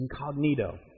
incognito